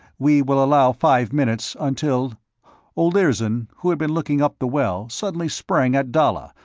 we will allow five minutes until olirzon, who had been looking up the well, suddenly sprang at dalla,